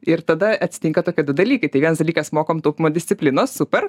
ir tada atsitinka tokie du dalykai tai vienas dalykas mokam taupymo disciplinos super